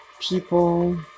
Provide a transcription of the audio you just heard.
people